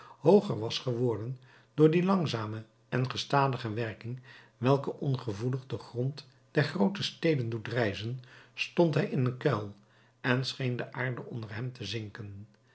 hooger was geworden door die langzame en gestadige werking welke ongevoelig den grond der groote steden doet rijzen stond hij in een kuil en scheen de aarde onder hem te zinken